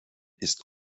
ist